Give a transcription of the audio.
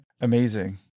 Amazing